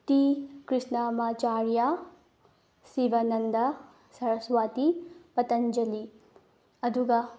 T Krishnamacharya Sivananda Saraswati Patanjali ꯑꯗꯨꯒ